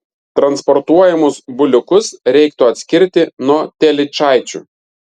transportuojamus buliukus reikėtų atskirti nuo telyčaičių